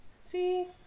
see